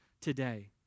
today